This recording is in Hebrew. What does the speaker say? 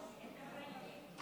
אם כן,